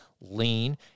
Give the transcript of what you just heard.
lean